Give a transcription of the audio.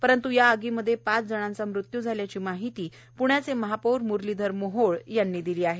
परंतु या आगीमध्ये पाच जणांचा मृत्यू झाल्याची माहिती पृण्याचे महापौर मुरलीधर मोहोळ यांनी दिली आहे